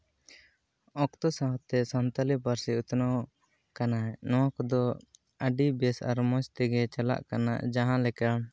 ᱚᱠᱛᱚ ᱥᱟᱶᱛᱮ ᱥᱟᱱᱛᱟᱲᱤ ᱯᱟᱹᱨᱥᱤ ᱩᱛᱱᱟᱹᱣ ᱠᱟᱱᱟ ᱱᱚᱣᱟ ᱠᱚᱫᱚ ᱟᱹᱰᱤ ᱵᱮᱹᱥ ᱟᱨ ᱢᱚᱡᱽ ᱛᱮᱜᱮ ᱪᱟᱞᱟᱜ ᱠᱟᱱᱟ ᱡᱟᱦᱟᱸ ᱞᱮᱠᱟ